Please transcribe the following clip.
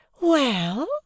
Well